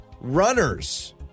Runners